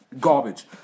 Garbage